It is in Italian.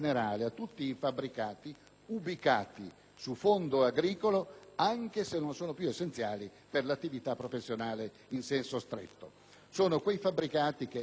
Grazie,